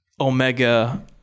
Omega